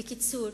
בקיצור,